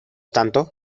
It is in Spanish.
tanto